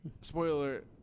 Spoiler